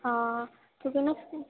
ਹਾਂ